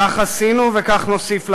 כך עשינו וכך נוסיף לעשות,